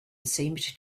seemed